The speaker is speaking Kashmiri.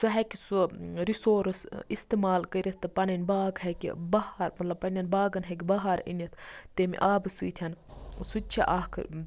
سُہ ہیٚکہِ سُہ رِسورس اِستعمال کٔرِتھ تہٕ پَننن باغ ہیٚکہِ بَہار مَطلَب پننٮ۪ن باغَن ہیٚکہِ بَہار أنِتھ تمہِ آبہٕ سۭتۍ سُہ تہِ چھُ اَکھ